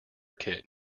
kit